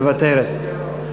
מוותרת.